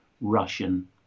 Russian